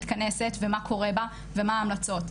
מתכנסת, ומה קורה בה, ומה ההמלצות.